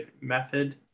method